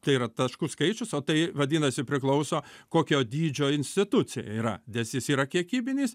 tai yra taškų skaičius o tai vadinasi priklauso kokio dydžio institucija yra nes jis yra kiekybinis